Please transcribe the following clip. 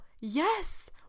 yes